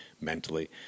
mentally